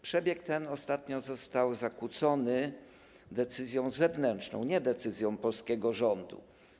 Przebieg ten ostatnio został zakłócony decyzją zewnętrzną, nie decyzją polskiego rządu.